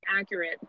accurate